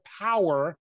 power